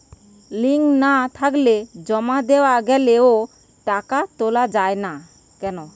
Link না থাকলে জমা দেওয়া গেলেও টাকা তোলা য়ায় না কেন?